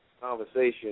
conversation